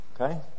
Okay